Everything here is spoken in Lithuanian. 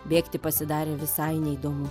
bėgti pasidarė visai neįdomu